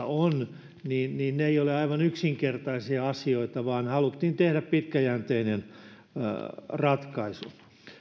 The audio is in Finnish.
on niin niin ne eivät ole aivan yksinkertaisia asioita vaan haluttiin tehdä pitkäjänteinen ratkaisu